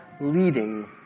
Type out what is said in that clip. leading